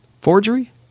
forgery